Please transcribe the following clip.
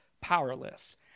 powerless